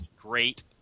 great